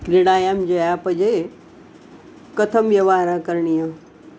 क्रीडायां जयापजये कथं व्यवहारः करणीयः